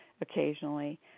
occasionally